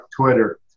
Twitter